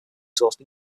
sourced